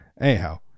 Anyhow